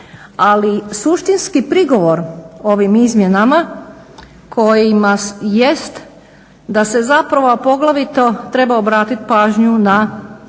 Ali suštinski prigovor ovim izmjenama kojima jest da se zapravo a poglavito treba obratiti pažnju na